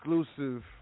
exclusive